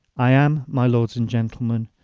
i am, my lords and gentlemen,